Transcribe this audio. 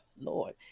Lord